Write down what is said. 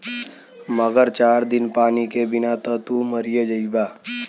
मगर चार दिन पानी के बिना त तू मरिए जइबा